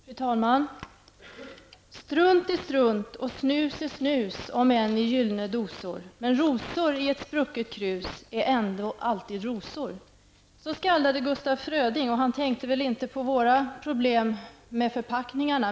Fru talman! ''Strunt är strunt, och snus är snus, om än i gyllne dosor, men rosor i ett sprucket krus är ändå alltid rosor.'' Så skaldade Gustaf Fröding, och han tänkte väl inte på våra problem med förpackningarna.